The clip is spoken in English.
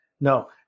No